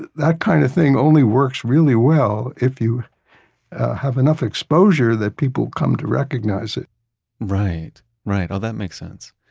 that that kind of thing only works really well if you have enough exposure that people come to recognize it right, right. oh, that makes sense.